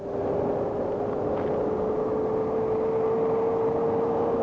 or